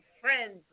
friends